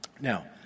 now